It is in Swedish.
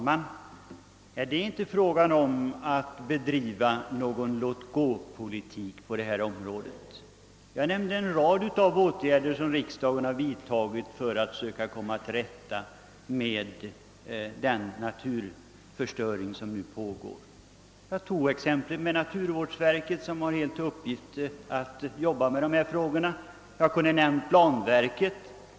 Herr talman! Det är inte fråga om att bedriva någon låt-gå-politik på detta område. Jag nämnde en rad åtgärder som riksdagen vidtagit för att försöka komma till rätta med den naturförstöring som nu pågår. Jag tog exemplet med naturvårdsverket, som helt har till uppgift att arbeta med dessa frågor. Jag kunde också ha nämnt planverket.